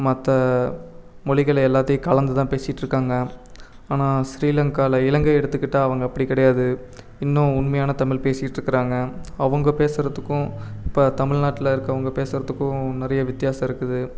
மற்ற மொழிகள் எல்லாத்தையும் கலந்து தான் பேசிட்டுருகாங்க ஆனால் ஸ்ரீலங்காவில இலங்கை எடுத்துக்கிட்டால் அவங்க அப்படி கிடையாது இன்னும் உண்மையான தமிழ் பேசிட்டுருக்குறாங்க அவங்க பேசுறதுக்கும் இப்போ தமிழ்நாட்டில் இருக்குறவங்க பேசுறதுக்கும் நிறைய வித்தியாசம் இருக்குது